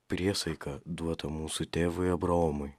priesaiką duotą mūsų tėvui abraomui